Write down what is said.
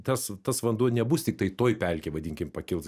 tas tas vanduo nebus tiktai toj pelkėj vadinkim pakils